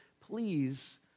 please